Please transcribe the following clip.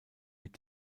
mit